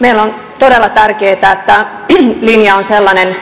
meille on todella tärkeää että linja on sellainen